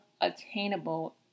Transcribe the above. attainable